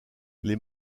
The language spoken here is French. les